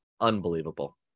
Unbelievable